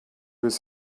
his